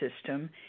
system